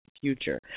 future